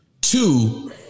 Two